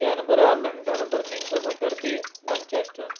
Canberra London Birmingham derby Manchester